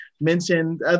mentioned